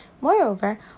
Moreover